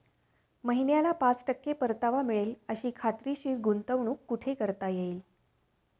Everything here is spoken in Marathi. महिन्याला पाच टक्के परतावा मिळेल अशी खात्रीशीर गुंतवणूक कुठे करता येईल?